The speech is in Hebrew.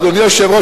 אדוני היושב-ראש,